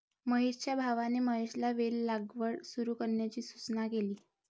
महेशच्या भावाने महेशला वेल लागवड सुरू करण्याची सूचना केली